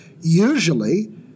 Usually